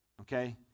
Okay